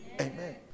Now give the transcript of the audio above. amen